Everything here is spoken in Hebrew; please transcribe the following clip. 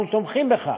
אנחנו תומכים בכך